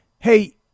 Hey